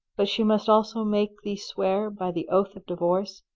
but she must also make thee swear by the oath of divorce,